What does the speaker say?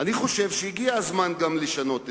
אחרי מה שהיה במלחמת לבנון השנייה,